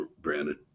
Brandon